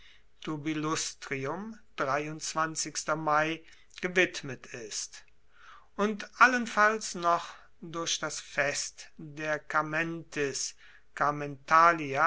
gewidmet ist und allenfalls noch durch das fest der